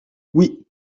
oui